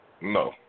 No